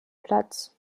platz